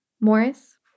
Morris